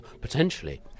potentially